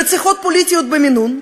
רציחות פוליטיות במינון,